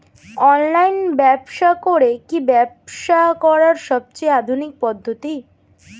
Online ব্যবসা করে কি ব্যবসা করার সবথেকে আধুনিক পদ্ধতি?